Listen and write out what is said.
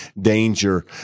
danger